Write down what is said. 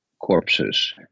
corpses